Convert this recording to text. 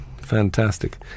fantastic